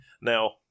Now